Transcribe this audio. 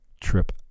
trip